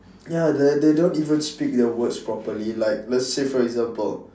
ya they they don't even speak their words properly like let's say for example